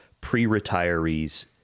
pre-retirees